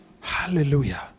Hallelujah